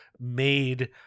made